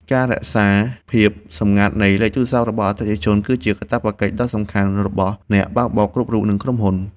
ការរក្សាភាពសម្ងាត់នៃលេខទូរស័ព្ទរបស់អតិថិជន គឺជាកាតព្វកិច្ចដ៏សំខាន់របស់អ្នកបើកបរគ្រប់រូប និងក្រុមហ៊ុន។